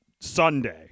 Sunday